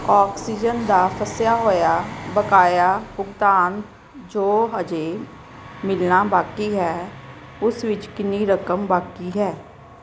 oxygen ਦਾ ਫਸਿਆ ਹੋਇਆ ਬਕਾਇਆ ਭੁਗਤਾਨ ਜੋ ਅਜੇ ਮਿਲਣਾ ਬਾਕੀ ਹੈ ਉਸ ਵਿੱਚ ਕਿੰਨੀ ਰਕਮ ਬਾਕੀ ਹੈ